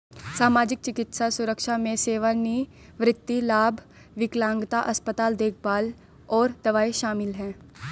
सामाजिक, चिकित्सा सुरक्षा में सेवानिवृत्ति लाभ, विकलांगता, अस्पताल देखभाल और दवाएं शामिल हैं